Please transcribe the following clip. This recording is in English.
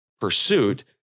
pursuit